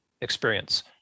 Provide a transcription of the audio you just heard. experience